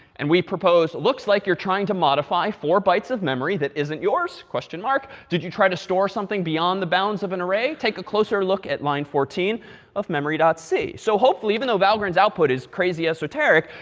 and we propose, looks like you're trying to modify four bytes of memory that isn't yours, question mark. did you try to store something beyond the bounds of an array? take a closer look at line fourteen of memory c. so hopefully, even though valgrind's output is crazy esoteric,